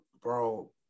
Bro